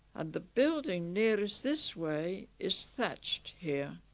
and the building nearest this way is thatched here